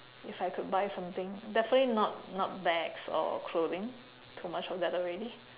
if I could buy something definitely not not bags or clothing too much of that already